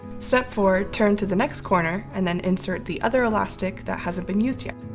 step four. turn to the next corner and then insert the other elastic that hasn't been used yet